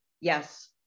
Yes